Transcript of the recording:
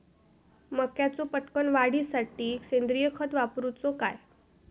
मक्याचो पटकन वाढीसाठी सेंद्रिय खत वापरूचो काय?